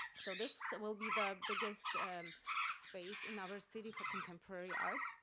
so this will be the biggest space in our city for contemporary art.